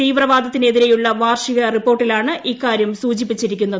തീവ്രവാദത്തിനെതിരെയുള്ള വാർഷിക റിപ്പോർട്ടിലാണ് ഇക്കാര്യം സ്തൂചിപ്പിച്ചിരിക്കുന്നത്